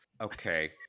Okay